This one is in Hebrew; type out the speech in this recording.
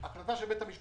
מה עולה מכל זה?